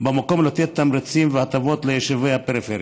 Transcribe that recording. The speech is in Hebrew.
במקום לתת תמריצים והטבות ליישובי הפריפריה.